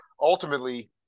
ultimately